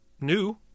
new